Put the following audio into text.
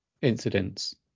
incidents